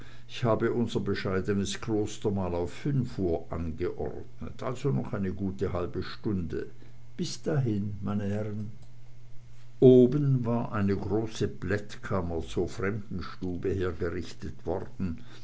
ich habe unser bescheidenes klostermahl auf fünf uhr angeordnet also noch eine gute halbe stunde bis dahin meine herren oben war eine große plättkammer zur fremdenstube hergerichtet worden